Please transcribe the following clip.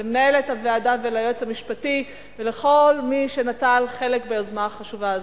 למנהלת הוועדה וליועץ המשפטי ולכל מי שנטל חלק ביוזמה החשובה הזאת.